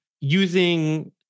using